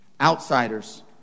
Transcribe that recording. outsiders